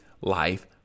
life